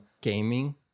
gaming